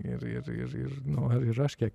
ir ir ir ir nu ir aš kiek